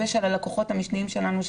ושל הלקוחות המשניים שלנו,